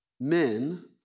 Men